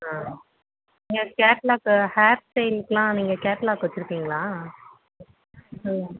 ஆ நீங்கள் கேட்லாக்கு ஹேர் ஸ்டைல்க்கெலாம் நீங்கள் கேட்லாக் வச்சுருக்கீங்களா ம்